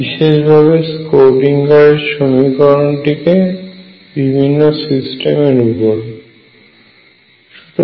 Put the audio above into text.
বিশেষত আমরা বিভিন্ন সিস্টেমের উপর স্ক্রোডিঙ্গারের সমীকরণটিকে প্রয়োগ করেছিলাম